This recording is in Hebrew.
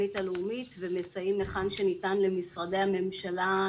ובתוכנית הלאומית ומסייעים היכן שניתן למשרדי הממשלה,